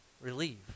relieve